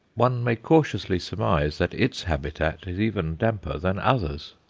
one may cautiously surmise that its habitat is even damper than others'.